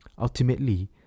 Ultimately